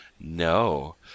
No